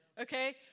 Okay